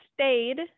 stayed